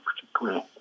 particularly